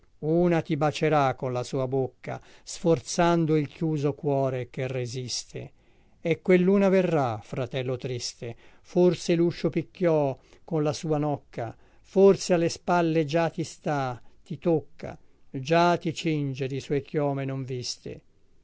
una ti bacierà con la sua bocca forzando il chiuso cuore che resiste e quelluna verrà fratello triste forse luscio picchiò con la sua nocca forse alle spalle già ti sta ti tocca già ti cinge di sue chiome non viste